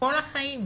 כל החיים.